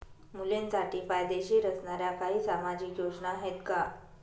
मुलींसाठी फायदेशीर असणाऱ्या काही सामाजिक योजना आहेत का?